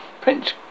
Prince